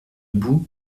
bou